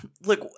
Look